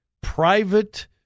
Private